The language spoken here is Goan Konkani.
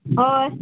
हय